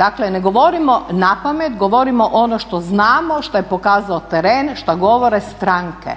Dakle ne govorimo napamet, govorimo ono što znamo, što je pokazao teren, što govore stranke.